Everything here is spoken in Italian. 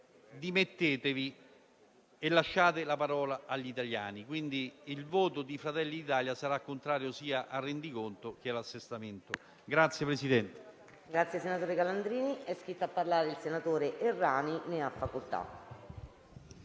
dimettetevi e lasciate la parola agli italiani. Il voto di Fratelli d'Italia sarà contrario sia al rendiconto che all'assestamento.